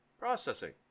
Processing